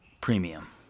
premium